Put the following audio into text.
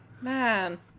Man